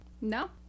No